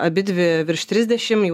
abidvi virš trisdešim jau